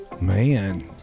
Man